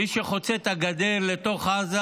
מי שחוצה את הגדר לתוך עזה,